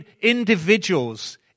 Individuals